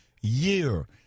year